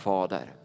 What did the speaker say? Fader